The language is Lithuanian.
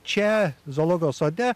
čia zoologijos sode